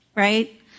Right